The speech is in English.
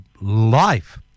life